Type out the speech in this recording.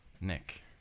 Nick